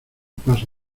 paso